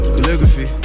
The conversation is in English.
Calligraphy